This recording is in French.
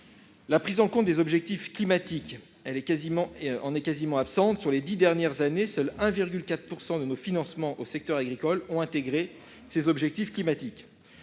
La prise en compte des objectifs climatiques est quasi absente. Sur les dix dernières années, seulement 1,4 % de nos financements au secteur agricole ont intégré ces objectifs climatiques.